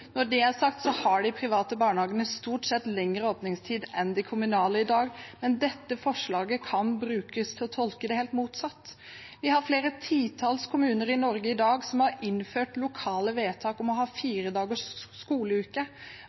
Når det er sagt, har de private barnehagene i dag stort sett lengre åpningstid enn de kommunale, men dette forslaget kan brukes til å tolke det helt motsatt. Vi har flere titalls kommuner i Norge i dag som har innført lokale vedtak om å ha fire dagers skoleuke.